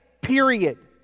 Period